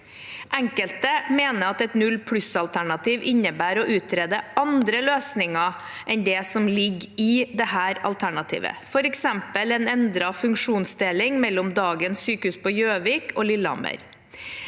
Enkelte mener at et null-pluss-alternativ innebærer å utrede andre løsninger enn det som ligger i dette alternativet, f.eks. en endret funksjonsdeling mellom dagens sykehus på Gjøvik og Lillehammer.